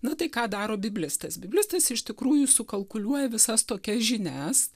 na tai ką daro biblistas biblistas iš tikrųjų sukalkuliuoja visas tokias žinias